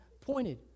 pointed